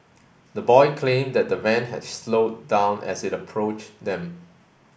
the boy claimed that the van had slowed down as it approached them